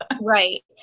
right